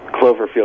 Cloverfield